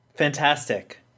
Fantastic